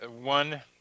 one